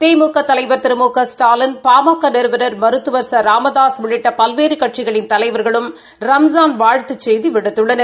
திமுக தலைவர் திரு மு க ஸ்டாலின் பாமக நிறுவனர் மருத்துவர் ச ராமதாக உள்ளிட்ட பல்வேறு கட்சிகளின் தலைவர்களும் ரம்ஸான் வாழ்த்துச் செய்தி விடுத்துள்ளனர்